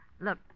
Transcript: Look